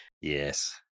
yes